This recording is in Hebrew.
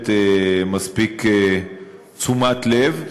מקבלת מספיק תשומת לב,